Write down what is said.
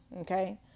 okay